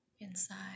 inside